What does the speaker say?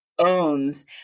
owns